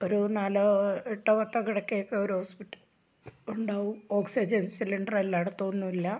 ഒരു നാലോ എട്ടോ പത്തോ കിടക്കയൊക്കെ ഒരു ഹോസ്പിറ്റലിൽ ഉണ്ടാവൂ ഓക്സിജൻ സിലിണ്ടർ എല്ലായിടത്തും ഒന്നുമില്ല